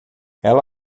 ela